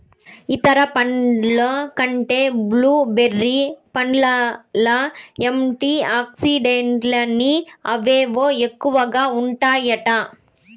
ఇతర పండ్ల కంటే బ్లూ బెర్రీ పండ్లల్ల యాంటీ ఆక్సిడెంట్లని అవేవో ఎక్కువగా ఉంటాయట